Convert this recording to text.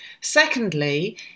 Secondly